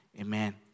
Amen